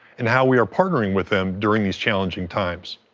and how we are partnering with them during these challenging times.